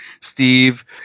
Steve